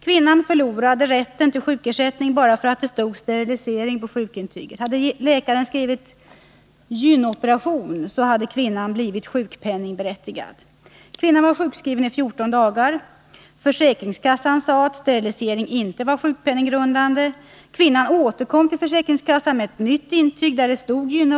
Kvinnan förlorade rätten till sjukersättning bara för att det stod sterilisering på sjukintyget. Hade läkaren skrivit gyn. operation, hade kvinnan blivit sjukpenningberättigad. Kvinnan var sjukskriven i 14 dagar. Försäkringskassan sade att sterilisering inte var sjukpenninggrundande. Kvinnan återkom till försäkringskassan med ett nytt intyg, där det stod gyn.